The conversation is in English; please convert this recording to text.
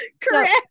correct